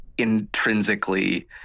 intrinsically